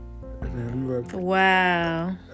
Wow